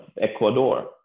Ecuador